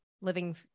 living